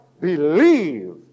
believe